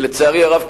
היא לצערי הרב,